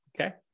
okay